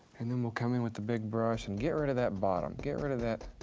and then we'll come in with the big brush and get rid of that bottom, get rid of that